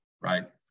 right